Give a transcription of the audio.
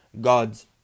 God's